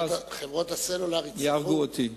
חברות הסלולר, יהרגו אותי.